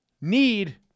need